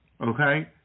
okay